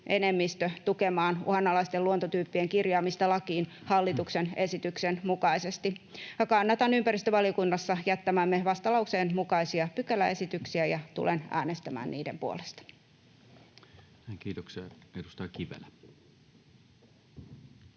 enemmistö tukemaan uhanalaisten luontotyyppien kirjaamista lakiin hallituksen esityksen mukaisesti. Kannatan ympäristövaliokunnassa jättämämme vastalauseen mukaisia pykäläesityksiä, ja tulen äänestämään niiden puolesta. Kiitoksia. — Edustaja Kivelä.